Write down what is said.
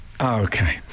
okay